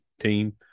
team